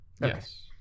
yes